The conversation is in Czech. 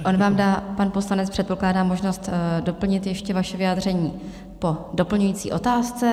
On vám dá pan poslanec předpokládám možnost doplnit ještě vaše vyjádření po doplňující otázce.